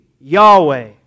Yahweh